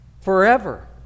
forever